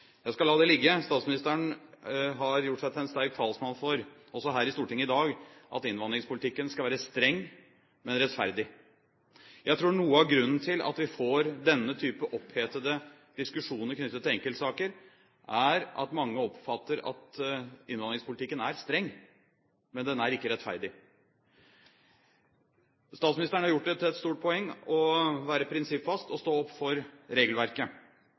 Jeg skal la det ligge. Statsministeren har gjort seg til sterk talsmann for, også her i Stortinget i dag, at innvandringspolitikken skal være streng, men rettferdig. Jeg tror noe av grunnen til at vi får denne type opphetede diskusjoner knyttet til enkeltsaker, er at mange oppfatter at innvandringspolitikken er streng, men at den ikke er rettferdig. Statsministeren har gjort det til et stort poeng å være prinsippfast og stå opp for regelverket.